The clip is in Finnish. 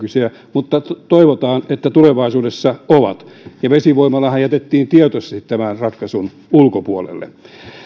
mutta toivotaan että tulevaisuudessa ovat ja vesivoimalahan jätettiin tietoisesti tämän ratkaisun ulkopuolelle